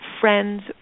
friends